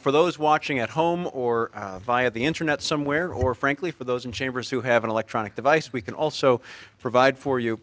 for those watching at home or via the internet somewhere or frankly for those in chambers who have an electronic device we can also provide for you